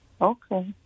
Okay